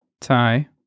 tie